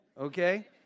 okay